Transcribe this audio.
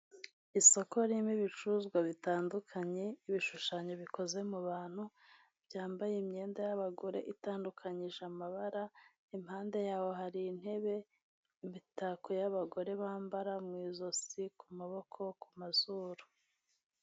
isoko ririmo ibicuruzwa bitandukanye, ibishushanyo bikoze mu bantu byambaye imyenda y'abagore itandukanyije amabara impande yabo hari intebe imitako y'abagore bambara mu ijosi ku maboko ku mazuru.